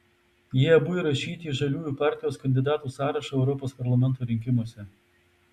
jie abu įrašyti į žaliųjų partijos kandidatų sąrašą europos parlamento rinkimuose